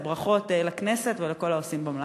אז ברכות לכנסת ולכל העושים במלאכה.